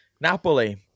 Napoli